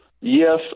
Yes